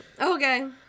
Okay